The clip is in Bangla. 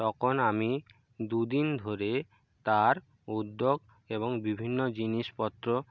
তখন আমি দুদিন ধরে তার উদ্যোগ এবং বিভিন্ন জিনিসপত্র